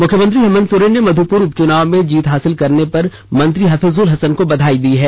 मुख्यमंत्री हेमन्त सोरेन ने मध्यपुर उपचुनाव में जीत हासिल करने पर मंत्री हफीजुल हसन को बधाई दी हैं